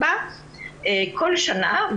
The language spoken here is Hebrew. כל שנה,